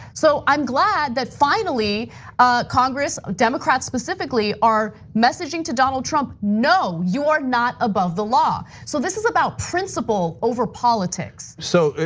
so, i'm glad that finally ah congress, democrats, specifically our messaging to donald trump, no, you're not above the law. so, this is about principle over politics. so,